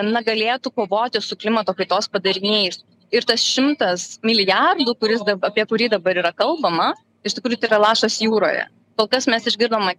na galėtų kovoti su klimato kaitos padariniais ir tas šimtas milijardų kuris apie kurį dabar yra kalbama iš tikrųjų tai yra lašas jūroje kol kas mes išgirdome